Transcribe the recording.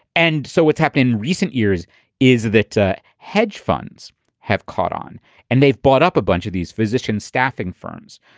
and so what's happened in recent years is that hedge funds have caught on and they've bought up a bunch of these physicians, staffing firms.